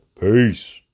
Peace